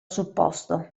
supposto